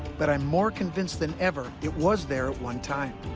but i'm more convinced than ever it was there at one time.